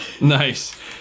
Nice